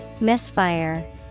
Misfire